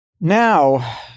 Now